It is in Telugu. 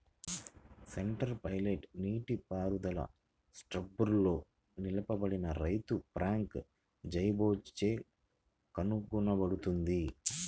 సెంటర్ పైవట్ నీటిపారుదల స్ట్రాస్బర్గ్లో నివసించిన రైతు ఫ్రాంక్ జైబాచ్ చే కనుగొనబడింది